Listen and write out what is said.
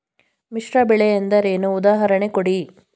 ಮಿಶ್ರ ಬೆಳೆ ಎಂದರೇನು, ಉದಾಹರಣೆ ಕೊಡಿ?